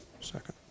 Second